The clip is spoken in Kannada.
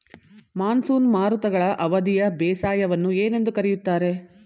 ಮಾನ್ಸೂನ್ ಮಾರುತಗಳ ಅವಧಿಯ ಬೇಸಾಯವನ್ನು ಏನೆಂದು ಕರೆಯುತ್ತಾರೆ?